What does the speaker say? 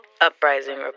Uprising